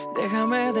déjame